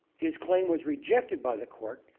his claim was rejected by the court,